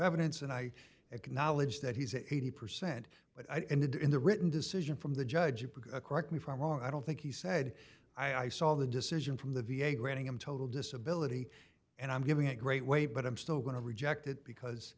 evidence and i acknowledge that he's eighty percent but i did in the written decision from the judge correct me from wrong i don't think he said i saw the decision from the v a granting him total disability and i'm giving a great way but i'm still going to reject it because